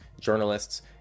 journalists